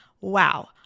wow